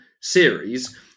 series